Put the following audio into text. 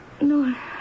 No